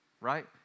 Right